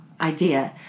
idea